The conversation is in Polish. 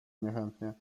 niechętnie